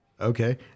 okay